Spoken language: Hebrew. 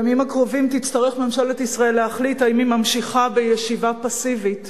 בימים הקרובים תצטרך ממשלת ישראל להחליט אם היא ממשיכה בישיבה פסיבית